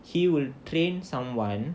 he will train someone